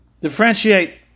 differentiate